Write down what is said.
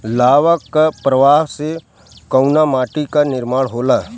लावा क प्रवाह से कउना माटी क निर्माण होला?